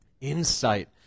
insight